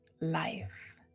life